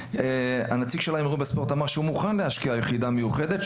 נציג הספורט אמר שהוא מוכן להשקיע ביחידה מיוחדת,